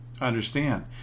understand